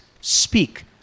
Speak